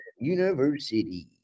University